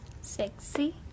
Sexy